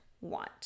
want